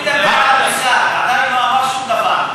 הוא מדבר על המושג, עדיין לא אמר שום דבר.